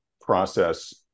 process